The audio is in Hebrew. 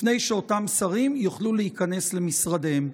לפני שאותם שרים יוכלו להיכנס למשרדיהם?